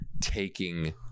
taking